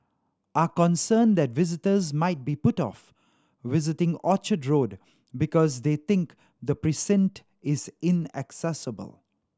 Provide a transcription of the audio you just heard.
are concerned that visitors might be put off visiting Orchard Road because they think the precinct is inaccessible